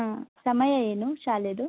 ಹಾಂ ಸಮಯ ಏನು ಶಾಲೆಯದು